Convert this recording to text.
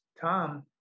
Tom